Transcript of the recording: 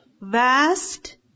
vast